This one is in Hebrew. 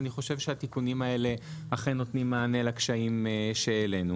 ואני חושב שהתיקונים האלה אכן נותנים מענה לקשיים שהעלינו.